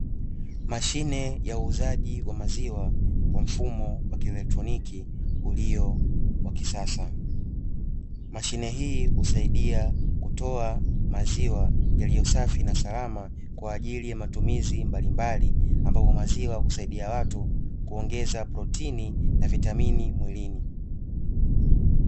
Mashine ya uuzaji wa maziwa kwa mfumo wa kielektroniki uliyo wa kisasa mashine hii husaidia kutoa maziwa yaliyosafi na salama kwa ajili ya matumizi mbalimbali ambapo maziwa ya kusaidia watu kuongeza protini na vitamini mwilini